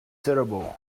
terrible